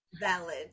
valid